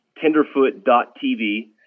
tenderfoot.tv